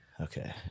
Okay